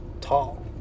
tall